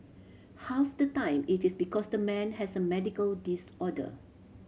half the time it is because the man has a medical disorder